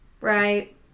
right